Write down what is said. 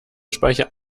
speiche